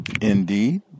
Indeed